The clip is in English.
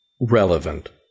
relevant